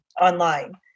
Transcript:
online